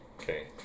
Okay